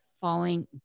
falling